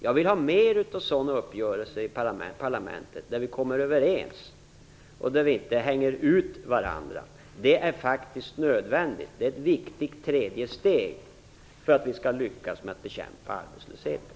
Jag vill ha mer av uppgörelser där vi kommer överens och inte hänger ut varandra i parlamentet. Det är faktiskt nödvändigt. Det är ett viktigt tredje steg för att vi skall lyckas med att bekämpa arbetslösheten.